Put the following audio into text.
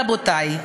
רבותי,